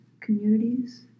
communities